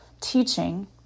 teaching